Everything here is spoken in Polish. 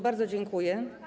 Bardzo dziękuję.